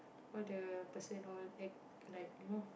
all the person all act like you know